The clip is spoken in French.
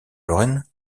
lorraine